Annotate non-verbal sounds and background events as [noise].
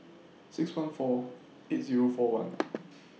six one four eight Zero four one [noise]